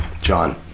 John